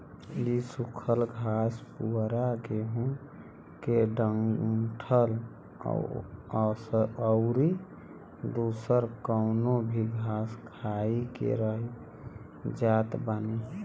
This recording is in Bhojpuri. इ सुखल घास पुअरा गेंहू के डंठल अउरी दुसर कवनो भी घास खाई के रही जात बानी